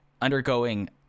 undergoing